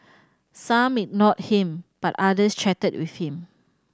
some ignored him but others chatted with him